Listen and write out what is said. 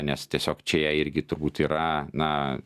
nes tiesiog čia jai irgi turbūt yra na